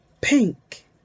pink